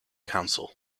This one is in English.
council